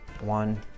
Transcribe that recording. one